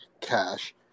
cash